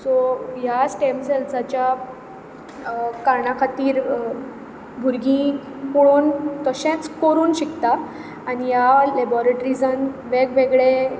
saw ह्या stem सेल्साच्या कारणां खातीर भुरगीं पळोवन तशेंच करून शिकतात आनी ह्या लेबॉरेट्रिझान वेगवेगळे